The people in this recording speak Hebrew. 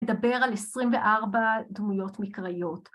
‫לדבר על 24 דמויות מקראיות.